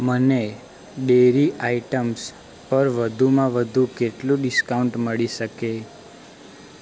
મને dairy items પર વધુમાં વધુ કેટલું ડિસ્કાઉન્ટ મળી શકે